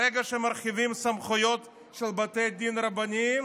ברגע שמרחיבים סמכויות של בתי דין רבניים,